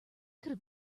could